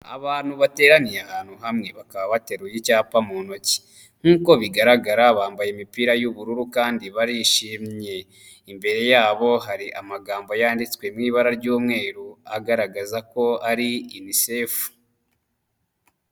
Abantu bateraniye ahantu hamwe bakaba bateruye icyapa mu ntoki nk'uko bigaragara bambaye imipira y'ubururu kandi barishimye, imbere yabo hari amagambo yanditswe ,mu ibara ry'umweru agaragaza ko ari yunisefu.